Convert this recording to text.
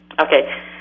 Okay